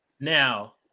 now